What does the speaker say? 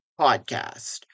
podcast